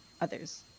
others